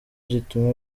gituma